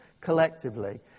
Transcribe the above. collectively